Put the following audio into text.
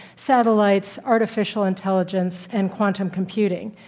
satellites, artificial intelligence, and quantum computing.